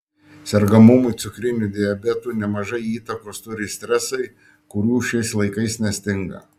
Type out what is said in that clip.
sergamumui cukriniu diabetu nemažai įtakos turi stresai kurių šiais laikais nestinga